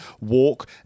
walk